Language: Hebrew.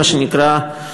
מה שנקרא,